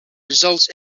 results